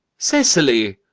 cecily!